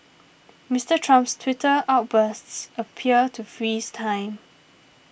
Mister Trump's Twitter outbursts appear to freeze time